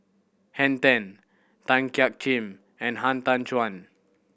Henn Tan Tan Jiak Kim and Han Tan Juan